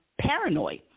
paranoid